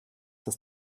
das